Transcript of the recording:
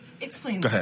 explain